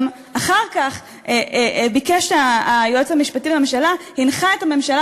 גם אחר כך היועץ המשפטי לממשלה הנחה את הממשלה